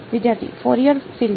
વિદ્યાર્થી Fourier series